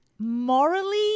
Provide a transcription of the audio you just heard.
morally